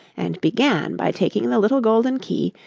and began by taking the little golden key,